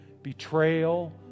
betrayal